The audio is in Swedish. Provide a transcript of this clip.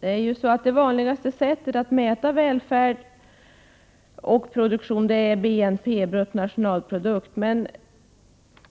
Det vanligaste sättet att mäta välfärd och produktion är att använda sig av BNP, bruttonationalprodukten. Men